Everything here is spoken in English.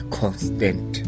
constant